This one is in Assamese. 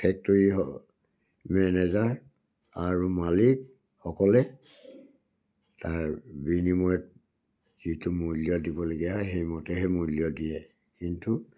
ফেক্টৰীৰ মেনেজাৰ আৰু মালিকসকলে তাৰ বিনিময়ত যিটো মূল্য দিবলগীয়া হয় সেইমতেহে মূল্য দিয়ে কিন্তু